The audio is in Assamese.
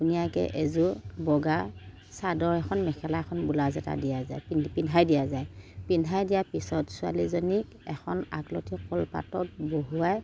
ধুনীয়াকৈ এযোৰ বগা চাদৰ এখন মেখেলা এখন ব্লাউজ এটা দিয়া যায় পিন্ধাই দিয়া যায় পিন্ধাই দিয়াৰ পিছত ছোৱালীজনীক এখন আগলতী কলপাতত বহুৱাই